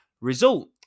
result